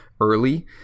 early